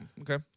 Okay